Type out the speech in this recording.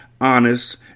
honest